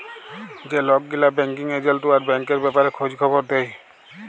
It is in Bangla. যে লক গিলা ব্যাংকিং এজেল্ট উয়ারা ব্যাংকের ব্যাপারে খঁজ খবর দেই